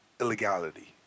illegality